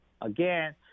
Again